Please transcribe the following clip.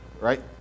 right